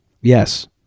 yes